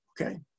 Okay